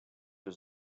was